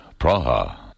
Praha